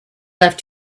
left